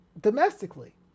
domestically